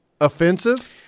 offensive